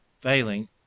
failing